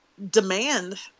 demand